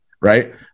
Right